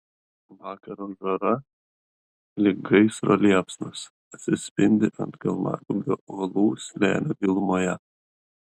vakaro žara lyg gaisro liepsnos atsispindi ant kalnagūbrio uolų slėnio gilumoje